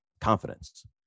confidence